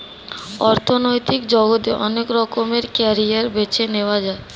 অর্থনৈতিক জগতে অনেক রকমের ক্যারিয়ার বেছে নেয়া যায়